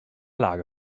lage